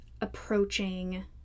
approaching